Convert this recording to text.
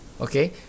okay